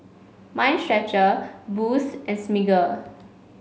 Mind Stretcher Boost and Smiggle